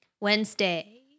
Wednesday